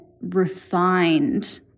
refined